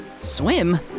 Swim